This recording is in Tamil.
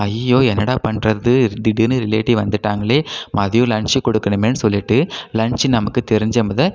ஐயயோ என்னடா பண்ணுறது திடீர்னு ரிலேட்டிவ் வந்துட்டாங்களே மதியம் லன்ச்சு கொடுக்கணுமேனு சொல்லிவிட்டு லன்ச்சு நமக்கு தெரிஞ்சம்த